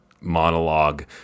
monologue